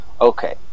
Okay